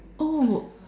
oh